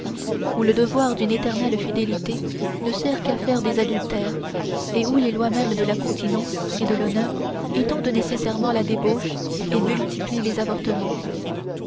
où le devoir d'une éternelle fidélité ne sert qu'à faire des adultères et où les lois mêmes de la continence et de l'honneur étendent nécessairement la débauche et multiplient les avortements